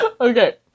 okay